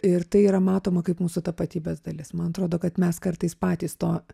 ir tai yra matoma kaip mūsų tapatybės dalis man atrodo kad mes kartais patys to